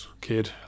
kid